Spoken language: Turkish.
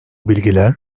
bilgiler